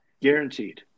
Guaranteed